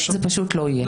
זה פשוט לא יהיה.